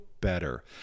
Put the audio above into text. better